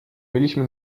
mieliśmy